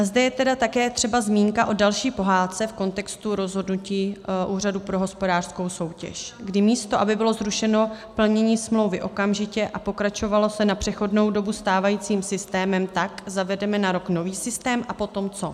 Zde je tedy také třeba zmínka o další pohádce v kontextu rozhodnutí Úřadu pro ochranu hospodářské soutěže, kdy místo aby bylo zrušeno plnění smlouvy okamžitě a pokračovalo se na přechodnou dobu stávajícím systémem, tak zavedeme na rok nový systém a potom co?